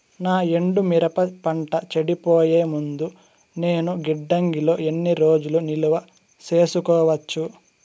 నా ఎండు మిరప పంట చెడిపోయే ముందు నేను గిడ్డంగి లో ఎన్ని రోజులు నిలువ సేసుకోవచ్చు?